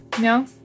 No